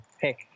pick